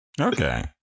Okay